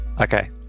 Okay